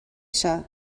seo